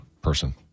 person